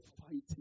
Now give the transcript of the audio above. fighting